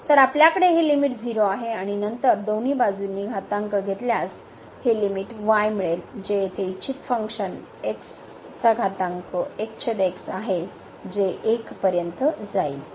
तर आपल्याकडे हे लिमिट 0 आहे आणि नंतर दोन्ही बाजूंनी घातांक घेतल्यास हे लिमिट y मिळेल जे येथे इच्छित फंक्शन आहे जे 1 पर्यंत जाईल